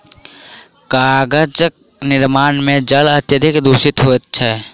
कागजक निर्माण मे जल अत्यधिक दुषित होइत छै